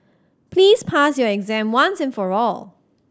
please pass your exam once and for all